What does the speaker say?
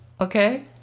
Okay